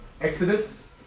Exodus